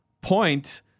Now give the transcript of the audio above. point